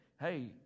Hey